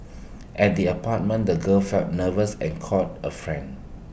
at the apartment the girl felt nervous and called A friend